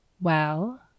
Well